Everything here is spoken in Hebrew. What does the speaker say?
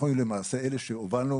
אנחנו היינו למעשה אלה שהובלנו.